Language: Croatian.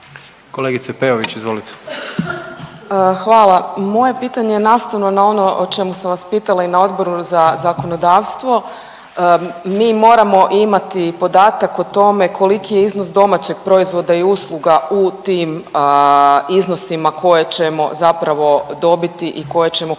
izvolite. **Peović, Katarina (RF)** Hvala. Moje pitanje nastavno na ono o čemu sam vas pitala i na Odboru za zakonodavstvo, mi moramo imati podatak o tome koliki je iznos domaćeg proizvoda i usluga u tim iznosima koje ćemo zapravo dobiti i koje ćemo koristiti